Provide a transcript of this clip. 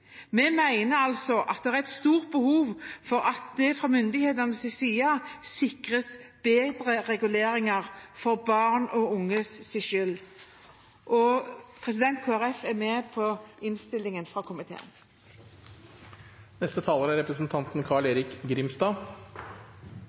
Vi mener altså at det er et stort behov for at det fra myndighetenes side sikres bedre reguleringer – for barn og unges skyld. Kristelig Folkeparti er med på innstillingen fra komiteen.